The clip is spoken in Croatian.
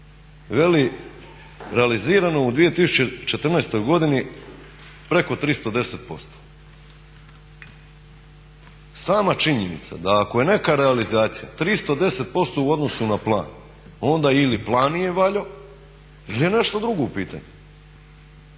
veli realizirano u 2014. godini preko 310%. Sama činjenica da ako je neka realizacija 310% u odnosu na plan onda ili plan nije valjao ili je nešto drugo u pitanju.